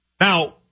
Now